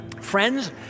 Friends